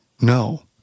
no